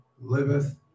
liveth